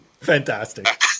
Fantastic